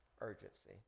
urgency